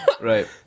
Right